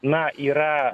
na yra